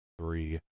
three